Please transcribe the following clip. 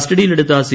കസ്റ്റഡിയിൽ എടുത്ത സി